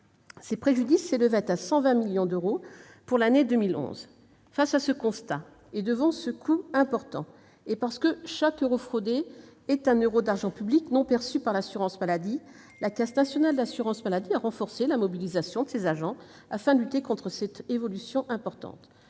ces préjudices s'élevaient à 120 millions d'euros en 2011. Face à ce constat et devant ce coût élevé, et parce que chaque euro fraudé est un euro d'argent public non perçu par l'assurance maladie, la Caisse nationale d'assurance maladie a renforcé la mobilisation de ses agents pour lutter contre cette tendance forte.